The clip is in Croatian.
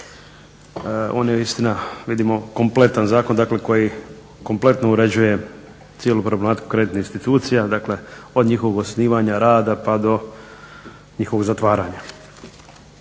On je istina kompletan zakon koji kompletno uređuje cijelu problematiku kreditnih institucija, od njihovog osnivanja, rada pa do njihovog zatvaranja.